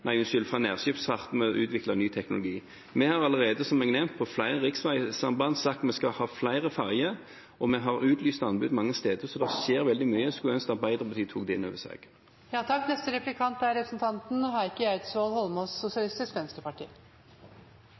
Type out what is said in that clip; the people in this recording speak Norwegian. fra nærskipsfarten og utvikle ny teknologi. Vi har allerede, som jeg har nevnt, sagt at vi på flere riksveisamband skal ha flere ferjer, og vi har utlyst anbud mange steder, så det skjer veldig mye. Jeg skulle ønske at Arbeiderpartiet tok det inn over